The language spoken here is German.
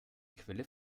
quelle